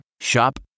Shop